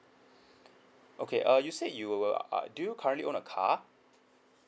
okay uh you say you were uh do you currently own a car